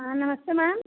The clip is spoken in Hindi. हाँ नमस्ते मैम